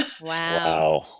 Wow